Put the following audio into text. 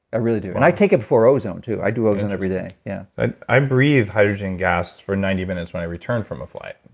i really do. and i take it before ozone, too. i do ozone every day interesting yeah i i breathe hydrogen gas for ninety minutes when i return from a flight